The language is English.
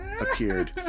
appeared